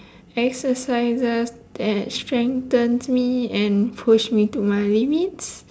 exercises that strengthens me and push me to my limits